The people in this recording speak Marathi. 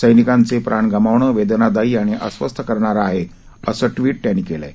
सैनिकांचे प्राण गमावणं वेदनादायी आणि अस्वस्थ करणारं आहे असं ट्वीट त्यांनी केलंय